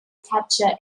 capture